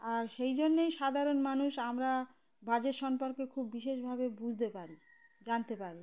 আর সেই জন্যেই সাধারণ মানুষ আমরা বাজেট সম্পর্কে খুব বিশেষভাবে বুঝতে পারি জানতে পারি